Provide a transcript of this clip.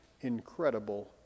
incredible